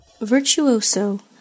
Virtuoso